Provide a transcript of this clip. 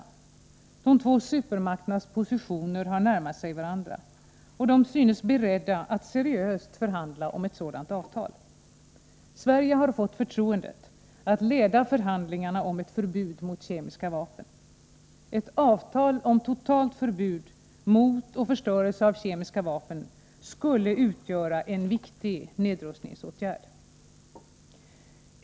De två supermakternas positioner har närmat sig varandra. De synes beredda att seriöst förhandla om ett sådant avtal. Sverige har fått förtroendet att leda förhandlingarna om ett förbud mot kemiska vapen. Ett avtal om totalt förbud mot och förstörelse av kemiska vapen skulle utgöra en viktig nedrustningsåtgärd.